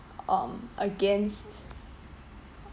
um against